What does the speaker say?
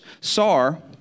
Sar